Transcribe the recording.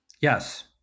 Yes